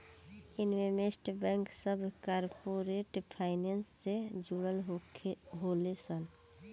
investment bank सभ corporate finance से जुड़ल होले सन